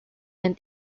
and